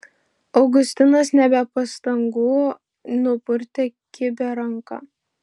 augustinas ne be pastangų nupurtė kibią ranką